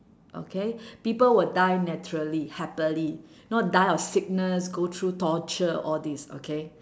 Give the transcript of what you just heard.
okay people will die naturally happily not die of sickness go through torture all this okay